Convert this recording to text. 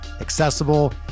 accessible